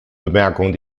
bemerkungen